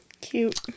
cute